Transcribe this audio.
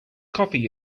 coffee